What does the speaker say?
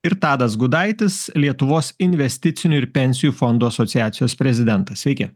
ir tadas gudaitis lietuvos investicinių ir pensijų fondų asociacijos prezidentas sveiki